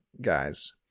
guys